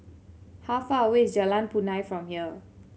how far away is Jalan Punai from here